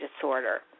disorder